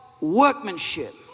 workmanship